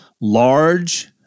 Large